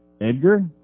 Edgar